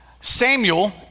Samuel